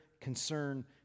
concern